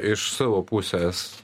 iš savo pusės